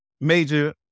major